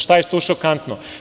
Šta je tu šokantno?